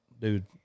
dude